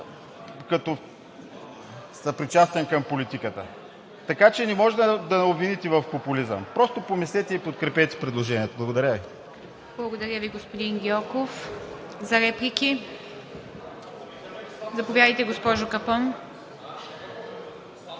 като съпричастен към политиката, така че не може да ни обвините в популизъм. Просто помислете и подкрепете предложението. Благодаря Ви. ПРЕДСЕДАТЕЛ ИВА МИТЕВА: Благодаря Ви, господин Гьоков. Реплики? Заповядайте, госпожо Капон.